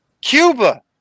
Cuba